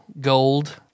Gold